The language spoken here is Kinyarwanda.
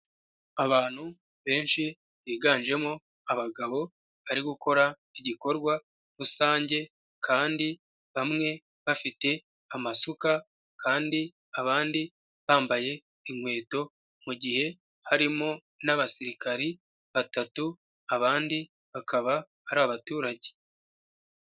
Abantu benshi biganjemo abagabo bari gukora igikorwa rusange kandi bamwe bafite amasuka kandi abandi bambaye inkweto, mu gihe harimo n'abasirikari batatu abandi bakaba ari abaturage.